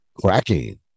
Cracking